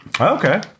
Okay